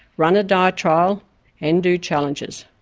run a diet trial and do challenges.